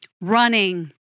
Running